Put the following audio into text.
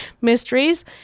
mysteries